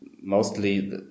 mostly